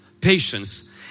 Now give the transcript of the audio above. patience